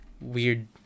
Weird